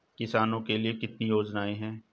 किसानों के लिए कितनी योजनाएं हैं?